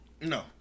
No